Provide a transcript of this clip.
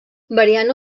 variant